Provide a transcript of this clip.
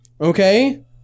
Okay